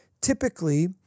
typically